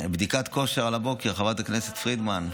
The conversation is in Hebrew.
בדיקת כושר על הבוקר, חברת הכנסת פרידמן.